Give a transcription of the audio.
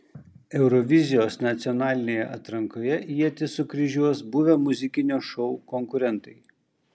eurovizijos nacionalinėje atrankoje ietis sukryžiuos buvę muzikinio šou konkurentai